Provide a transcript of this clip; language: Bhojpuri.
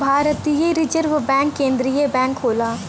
भारतीय रिजर्व बैंक केन्द्रीय बैंक होला